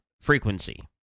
frequency